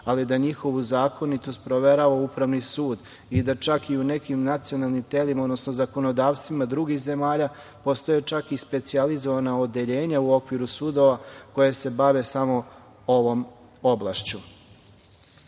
ali da njihovu zakonitost provera upravni sud i da čak i u nekim nacionalnim telima, odnosno zakonodavstvima drugih zemalja postoje specijalizovana odeljenja u okviru sudova koja se bave samo ovom oblašću.Za